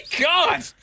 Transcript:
God